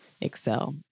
excel